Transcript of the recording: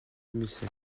musset